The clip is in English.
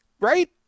Right